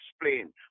explain